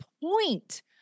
point